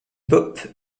pop